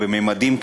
בממדים כאלה,